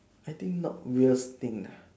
I think not weirdest thing nah